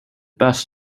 best